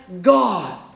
God